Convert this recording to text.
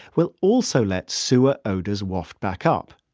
will also let sewer odors waft back up,